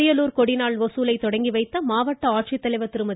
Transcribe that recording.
அரியலூர் கொடிநாள் வசூலை தொடங்கி வைத்த மாவட்ட ஆட்சித்தலைவர் திருமதி